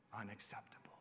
unacceptable